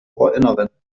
ohrinneren